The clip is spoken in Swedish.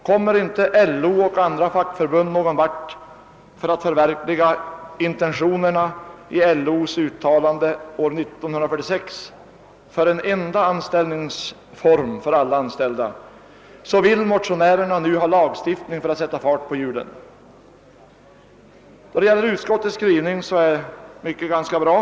Kommer inte LO och fackförbunden någon vart för att förverkliga intentionerna i LO:s uttalande 1946 om en enda anställningsform för alla anställda, så vill motionärerna nu ha lagstiftning för att sätta fart på hjulen. Utskottets skrivning är i det mesta ganska bra.